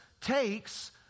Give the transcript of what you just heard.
takes